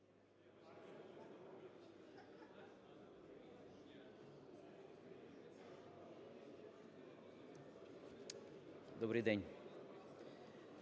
Добрий день!